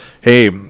hey